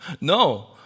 No